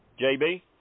JB